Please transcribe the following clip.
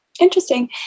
Interesting